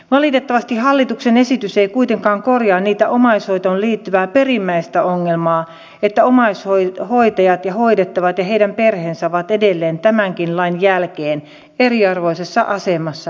valitettavasti hallituksen esitys ei kuitenkaan korjaa sitä omaishoitoon liittyvää perimmäistä ongelmaa että omaishoitajat hoidettavat ja heidän perheensä ovat edelleen tämänkin lain jälkeen eriarvoisessa asemassa eri puolella suomea